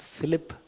Philip